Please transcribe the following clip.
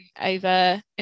over